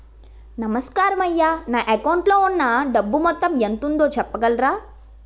నమస్కారం అయ్యా నా అకౌంట్ లో ఉన్నా డబ్బు మొత్తం ఎంత ఉందో చెప్పగలరా?